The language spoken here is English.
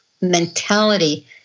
mentality